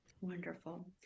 wonderful